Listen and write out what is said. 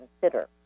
consider